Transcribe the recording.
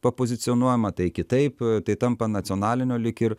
papozicionuojama tai kitaip tai tampa nacionaliniu lyg ir